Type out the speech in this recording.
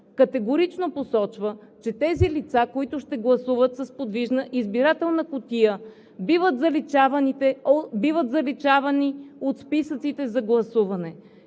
категорично посочва, че тези лица, които ще гласуват с подвижна избирателна кутия, биват заличавани от списъците за гласуване.